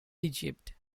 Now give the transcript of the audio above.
egypt